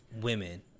Women